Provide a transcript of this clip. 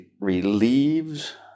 relieves